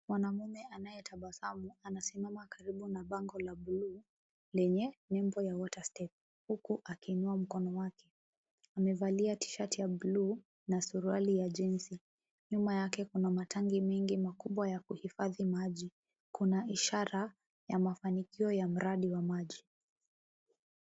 Mwanaume anayetabasamu anasimama karibu na bango la bluu lenye nembo ya Water Step huku akiinua mkono wake. Amevalia tshati ya bluu na suruali ya jinsi . Nyuma yake kuna matangi mengi makubwa ya kuhifadhi maji. Kuna ishara ya mafanikio ya mradi wa maji.